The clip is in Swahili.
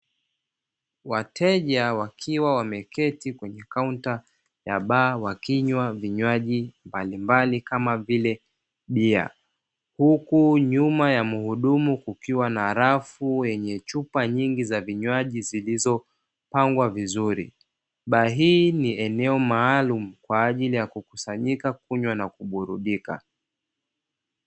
Wateja wakiwa wameketi kwenye kaunta ya baa wakinywa vinywaji mbalimbali kama vile bia, huku nyuma ya muhudumu kukiwa na rafu yenye chupa nyingi za vinywaji zilizopangwa vizuri. Baa hii ni eneo maalumu kwa ajili ya kukusanyika, kunywa na kuburudika.